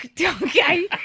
Okay